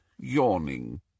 yawning